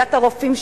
בעיית הרופאים,